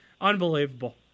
Unbelievable